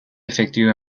effectue